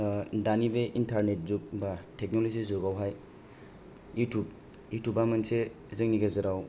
दानि बे इन्टारनेट जुग बा टेक्नलजि जुगावहाय इउथुब इउथुबा मोनसे जोंनि गेजेराव